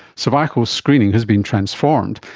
cervical screening has been transformed.